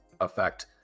effect